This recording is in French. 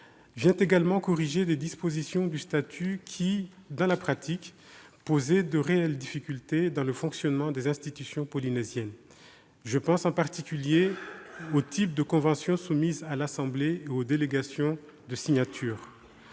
vient également corriger des dispositions du statut qui, dans la pratique, posaient de réelles difficultés dans le fonctionnement des institutions polynésiennes. Je pense en particulier aux types de conventions soumises à l'assemblée et aux délégations de signature.